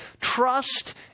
trust